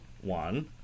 one